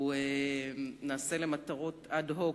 הוא נעשה למטרות אד-הוק,